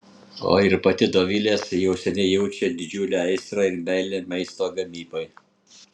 o ir pati dovilė jau seniai jaučia didžiulę aistrą ir meilę maisto gamybai